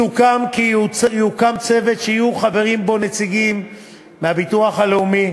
סוכם כי יוקם צוות שיהיו חברים בו נציגים מהביטוח הלאומי,